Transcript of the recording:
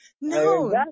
no